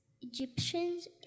Egyptians